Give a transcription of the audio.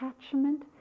attachment